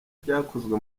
byakozwe